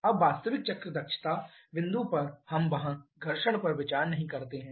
अब वास्तविक चक्र दक्षता बिंदु पर हम वहां घर्षण पर विचार नहीं करते हैं